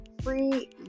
free